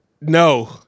no